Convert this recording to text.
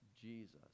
jesus